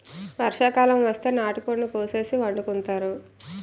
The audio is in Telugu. వర్షాకాలం వస్తే నాటుకోడిని కోసేసి వండుకుంతారు